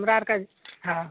हमरा आओरके हँ